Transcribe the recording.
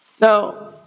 Now